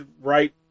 right